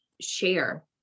share